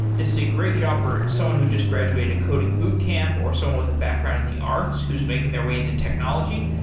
this is a great job for someone who just graduated at coding boot camp or someone with a background in the arts who's making their way into technology.